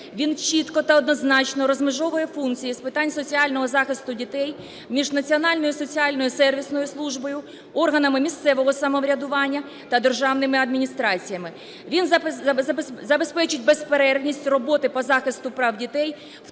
він чітко та однозначно розмежовує функції з питань соціального захисту дітей між Національною соціальною сервісною службою, органами місцевого самоврядування та державними адміністраціями. Він забезпечить безперервність роботи по захисту прав дітей,